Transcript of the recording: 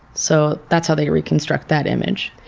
so that's how they reconstruct that image.